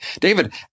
David